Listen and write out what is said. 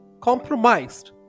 compromised